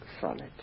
solid